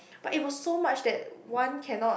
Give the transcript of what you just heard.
but it was so much that one cannot